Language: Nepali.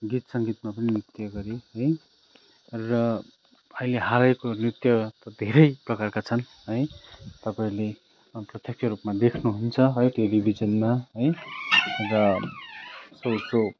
गीत सङ्गीतमा पनि नृत्य गरेँ है र अहिले हालैको नृत्य धेरै प्रकारका छन् है तपाईँहरूले प्रत्यक्ष रूपमा देख्नुहुन्छ है टेलिभिजनमा है र सो सो